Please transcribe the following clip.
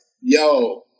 yo